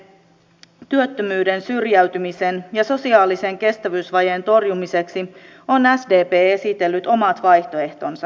pitkittyneen työttömyyden syrjäytymisen ja sosiaalisen kestävyysvajeen torjumiseksi on sdp esitellyt omat vaihtoehtonsa